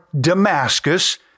Damascus